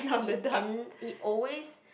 he end he always